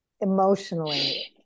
emotionally